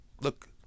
Look